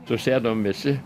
susėdom visi